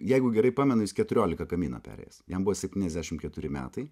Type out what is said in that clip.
jeigu gerai pamenu jis keturiolika kamino perėjęs jam buvo septyniasdešimt keturi metai